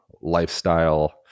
lifestyle